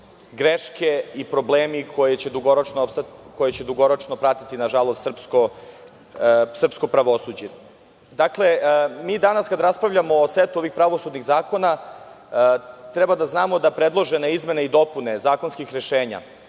greške i problemi koji će dugoročno pratiti srpsko pravosuđe. Dakle, danas kada raspravljamo o setu ovih pravosudnih zakona treba da znamo da predložene izmene i dopune zakonskih rešenja